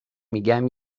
میگم